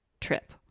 trip